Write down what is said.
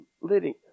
living